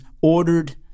ordered